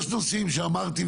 יש נושאים שאמרתי,